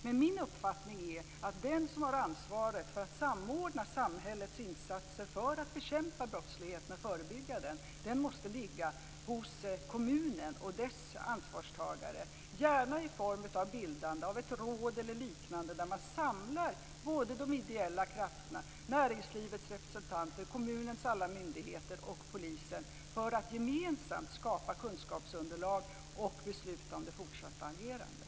Men min uppfattning är att ansvaret för att samordna samhällets insatser för att bekämpa och förebygga brottslighet måste ligga hos kommunen och dess ansvarstagare. Det får gärna ske i form av bildande av ett råd eller liknande där man samlar de ideella krafterna, näringslivets representanter, kommunens alla myndigheter och polisen för att gemensamt skapa kunskapsunderlag och besluta om det fortsatta agerandet.